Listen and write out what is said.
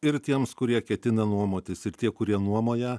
ir tiems kurie ketina nuomotis ir tie kurie nuomoja